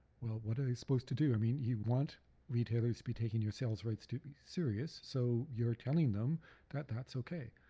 well, what are they supposed to do? i mean you want retailers to be taking your sales rights to be serious so you're telling them that that's okay,